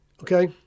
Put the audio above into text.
okay